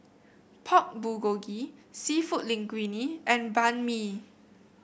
Pork Bulgogi seafood Linguine and Banh Mi